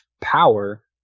power